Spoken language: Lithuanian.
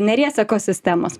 neries ekosistemos